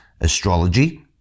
astrology